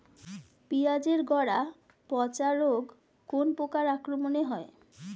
পিঁয়াজ এর গড়া পচা রোগ কোন পোকার আক্রমনে হয়?